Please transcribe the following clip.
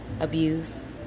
abuse